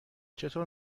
چطور